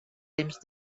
temps